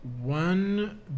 one